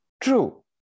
True